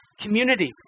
community